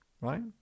right